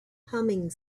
humming